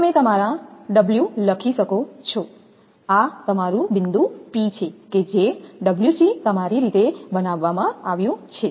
તમે તમારા 𝜔 લખી શકો છો આ તમારું બિંદુ P છે કે જે 𝜔𝐶 તમારી રીતે બનાવવામાં આવ્યું છે